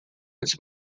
its